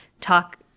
talk